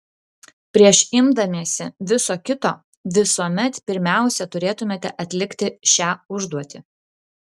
prieš imdamiesi viso kito visuomet pirmiausia turėtumėte atlikti šią užduotį